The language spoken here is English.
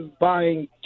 buying